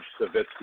Savitsky